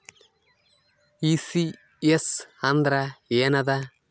ECS ಅಂದ್ರ ಏನದ?